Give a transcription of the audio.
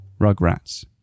Rugrats